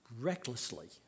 recklessly